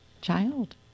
child